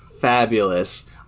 fabulous